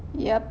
yup